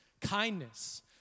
kindness